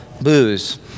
Booze